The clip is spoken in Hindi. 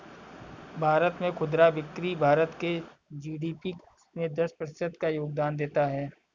भारत में खुदरा बिक्री भारत के जी.डी.पी में दस प्रतिशत का योगदान देता है